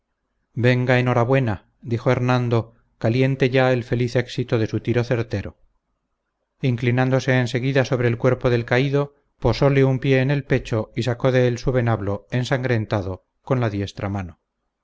hora buena dijo hernando caliente ya el feliz éxito de su tiro certero inclinándose en seguida sobre el cuerpo del caído paseíllo un pie en el pecho y sacó de él su venablo ensangrentado con la diestra mano